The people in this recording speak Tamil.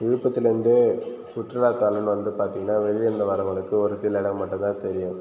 விழுப்புரத்தில் வந்து சுற்றுலா தலம் வந்து பார்த்திங்ன்னா வெளியிலருந்து வரவங்களுக்கு ஒரு சில இடம் மட்டும் தான் தெரியும்